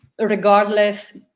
regardless